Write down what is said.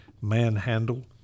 manhandle